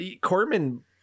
Corman